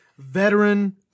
veteran